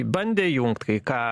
bandė jungt kai ką